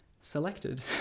selected